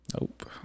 Nope